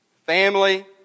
Family